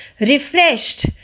refreshed